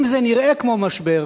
אם זה נראה כמו משבר,